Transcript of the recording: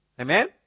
Amen